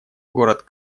город